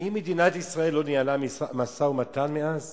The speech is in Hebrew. האם מדינת ישראל לא ניהלה משא-ומתן מאז